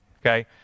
Okay